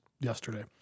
yesterday